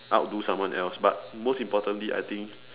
outdo someone else but most importantly I think